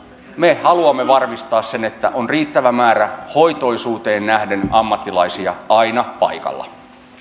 me haluamme varmistaa sen että on hoitoisuuteen nähden ammattilaisia aina paikalla